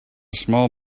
small